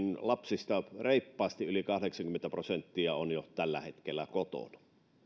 lapsista reippaasti yli kahdeksankymmentä prosenttia on jo tällä hetkellä kotona